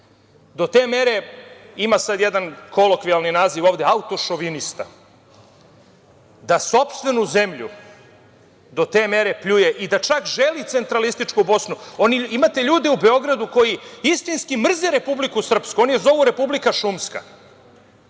do te mere, ima sada jedan kolokvijalni naziv – autošovinista, da sopstvenu zemlju do te mere pljuje i da čak želi centralističku Bosnu? Imate ljude u Beogradu koji istinski mrze Republiku Srpsku. Oni je zovu republika šumska